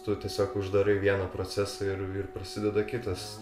tu tiesiog uždarai vieną procesą ir ir prasideda kitas